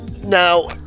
Now